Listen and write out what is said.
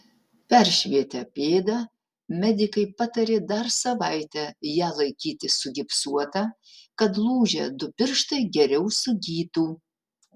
peršvietę pėdą medikai patarė dar savaitę ją laikyti sugipsuotą kad lūžę du pirštai geriau sugytų